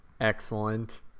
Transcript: Excellent